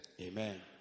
Amen